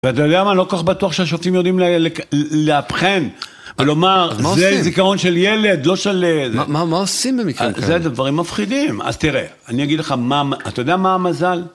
ואתה יודע מה? לא כל כך בטוח שהשופטים יודעים לאבחן ולומר, זה זיכרון של ילד, לא של... מה עושים במקרה כזה? זה דברים מפחידים. אז תראה, אני אגיד לך מה, אתה יודע מה המזל?